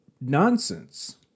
nonsense